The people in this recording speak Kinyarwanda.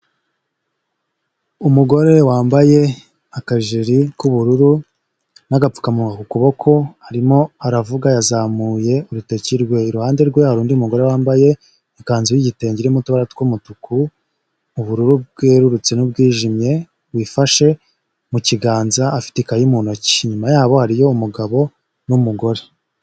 Umugore wambaye akajiri k'ubururu n'agapfukamunwa ku kuboko, arimo aravuga yazamuye urutoki rwe, iruhande rwe hari undi mugore wambaye ikanzu y'igitenge irimo utubara tw'umutuku, ubururu bwerurutse n'ubwijimye wifashe mu kiganza afite ikayi mu ntoki, inyuma yabo hariyo umugabo n'umugore